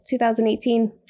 2018